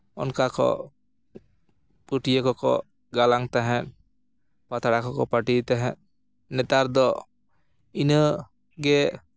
ᱚᱱᱠᱟ ᱠᱚ ᱯᱟᱹᱴᱭᱟᱹ ᱠᱚᱠᱚ ᱜᱟᱞᱟᱝ ᱛᱟᱦᱮᱸᱫ ᱯᱟᱛᱲᱟ ᱠᱚᱠᱚ ᱯᱟᱹᱴᱤ ᱛᱟᱦᱮᱸᱫ ᱱᱮᱛᱟᱨ ᱫᱚ ᱤᱱᱟᱹᱜᱮ